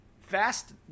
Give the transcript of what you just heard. fast